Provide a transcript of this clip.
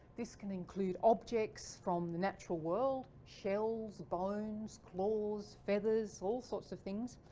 this can include objects from the natural world, shells, bones, claws, feathers, all sorts of things.